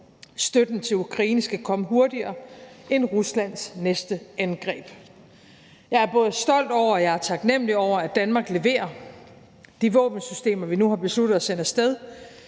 støtten til Ukraine skal komme hurtigere end Ruslands næste angreb. Jeg er både stolt over og taknemlig for, at Danmark leverer. De våbensystemer, vi nu har besluttet at sende af sted,